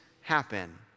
happen